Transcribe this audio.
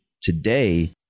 today